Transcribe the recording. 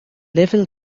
level